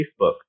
Facebook